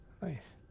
Nice